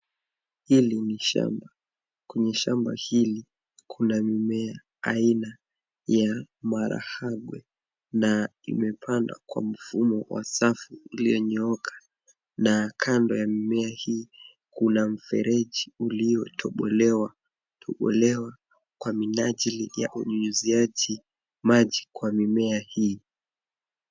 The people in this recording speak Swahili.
Hili ni shamba, kwenye shamba hili kuna mimea aina ya marahagwe na imepandwa kwa mfumo wa safu iliyonyooka na kando ya mimea hii kuna mfereji uliotobolewa tobolewa kwa minajili ya unyunyiziaji maji kwa mimea hii.